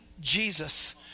Jesus